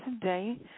Today